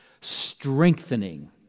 strengthening